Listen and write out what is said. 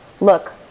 look